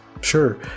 sure